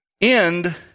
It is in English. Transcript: end